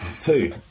Two